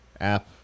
app